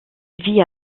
vit